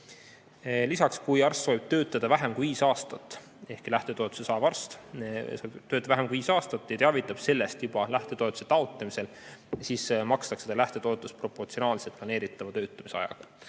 Lisaks, kui arst soovib töötada vähem kui viis aastat, ehk lähtetoetust saav arst teeb tööd vähem kui viis aastat ja teavitab sellest juba lähtetoetuse taotlemisel, siis makstakse lähtetoetust proportsionaalselt planeeritava töötamise ajaga.